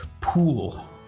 pool